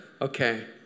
okay